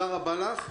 תודה רבה לך.